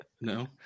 No